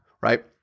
Right